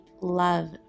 love